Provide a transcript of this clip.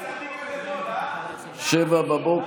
07:00?